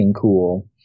cool